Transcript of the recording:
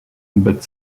but